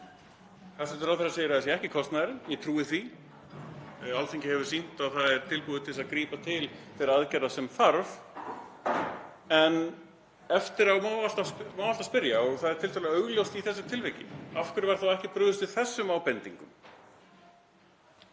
Hæstv. ráðherra segir að það sé ekki kostnaðurinn og ég trúi því. Alþingi hefur sýnt að það er tilbúið til þess að grípa til þeirra aðgerða sem þarf. En eftir á má alltaf spyrja, og það er tiltölulega augljóst í þessu tilviki: Af hverju var þá ekki brugðist við þessum ábendingum?